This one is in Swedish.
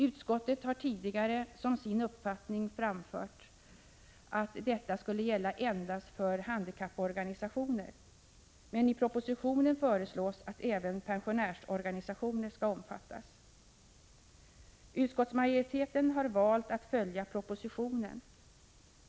Utskottet har tidigare som sin uppfattning framfört att detta skulle gälla endast för handikapporganisationer, men i propositionen föreslås att även pensionärsorganisationer skall omfattas. 19 Utskottsmajoriteten har valt att följa propositionen.